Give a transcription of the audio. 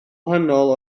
wahanol